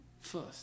first